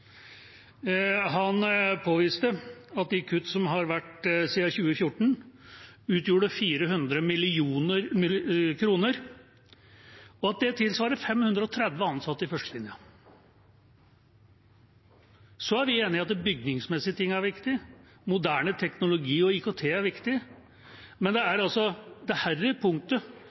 Han påviste at de kuttene som har vært siden 2014, utgjorde 400 mill. kr, og at det tilsvarer 530 ansatte i førstelinja. Vi er enig i at bygningsmessige ting er viktige, og at moderne teknologi og IKT er viktig, men det er dette punktet det